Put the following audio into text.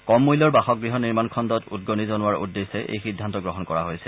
কম মূল্যৰ বাসগৃহ নিৰ্মাণ খণ্ডত উদগণি যোগোৱাৰ উদ্দেশ্যে এই সিদ্ধান্ত গ্ৰহণ কৰা হৈছে